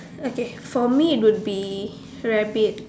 okay for me would be rabbit